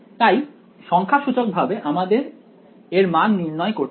তাই সংখ্যাসূচক ভাবে আমাদের এর মান নির্ণয় করতে হবে